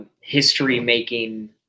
history-making